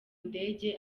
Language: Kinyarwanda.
ndege